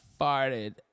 farted